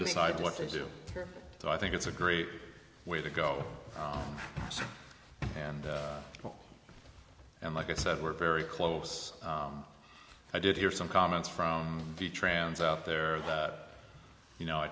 decide what to do so i think it's a great way to go and and like i said we're very close i did hear some comments from the trans out there that you know i